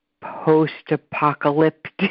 post-apocalyptic